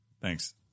Thanks